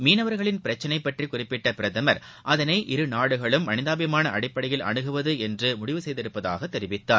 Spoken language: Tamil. மீனவர்களின் பிரச்சினை பற்றி குறிப்பிட்ட பிரதமர் அதனை இருநாடுகளும் மனிதாபிமான அடிப்படையில் அனுகுவது என்று முடிவு செய்துள்ளதாக தெரிவித்தார்